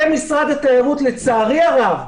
זה משרד התיירות לצערי הרב,